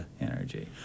energy